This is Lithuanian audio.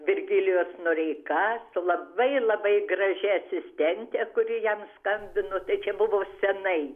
virgilijus noreika su labai labai gražia asistente kuri jam skambino tai čia buvo senai